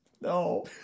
No